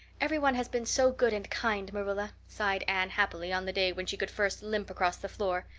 everybody has been so good and kind, marilla, sighed anne happily, on the day when she could first limp across the floor.